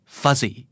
fuzzy